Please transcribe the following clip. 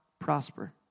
prosper